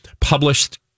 published